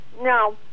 no